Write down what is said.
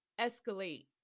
escalate